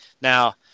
Now